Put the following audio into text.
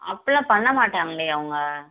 அப்போல்லாம் பண்ண மாட்டாங்களே அவங்க